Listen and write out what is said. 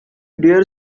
dare